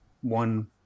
one